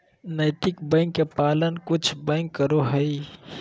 नैतिक बैंक के पालन कुछ बैंक करो हइ